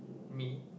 me